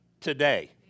today